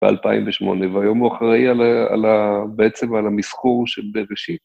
ב-2008, והיום הוא אחראי על על בעצם על המסחור של בראשית.